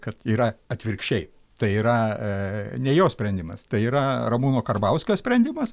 kad yra atvirkščiai tai yra a ne jo sprendimas tai yra ramūno karbauskio sprendimas